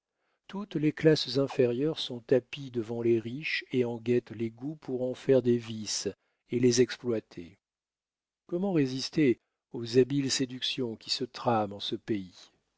toutes les classes inférieures sont tapies devant les riches et en guettent les goûts pour en faire des vices et les exploiter comment résister aux habiles séductions qui se trament en ce pays